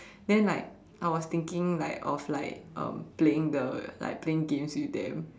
then like I was thinking like of like um playing the like playing games with them